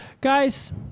Guys